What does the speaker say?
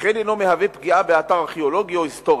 וכן אינו מהווה פגיעה באתר ארכיאולוגי או היסטורי.